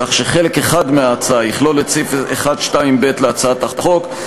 כך שחלק אחד מההצעה יכלול את סעיף 1(2)(ב) להצעת החוק,